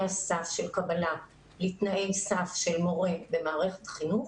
הסף של קבלה לתנאי סף של מורה במערכת החינוך,